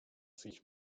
sich